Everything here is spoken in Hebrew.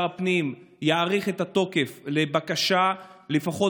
הפנים יאריך את התוקף להגשת בקשה לפחות